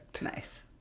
Nice